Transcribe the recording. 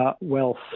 wealth